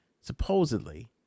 supposedly